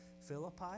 Philippi